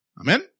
Amen